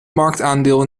marktaandeel